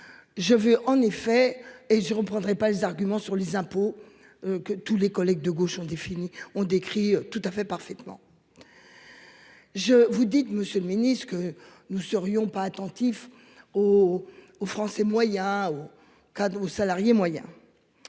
Je veux en effet et je reprendrai pas les arguments sur les impôts. Que tous les collègues de gauche ont défini, on décrit tout à fait parfaitement. Je vous dites Monsieur le Ministre, que nous serions pas attentif aux aux Français moyen. Cadeau salarié moyen.